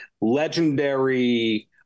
legendary